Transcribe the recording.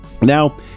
Now